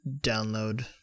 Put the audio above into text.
download